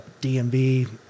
DMV